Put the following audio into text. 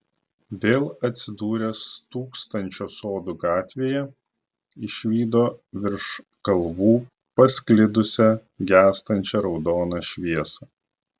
vėl atsidūręs tūkstančio sodų gatvėje išvydo virš kalvų pasklidusią gęstančią raudoną šviesą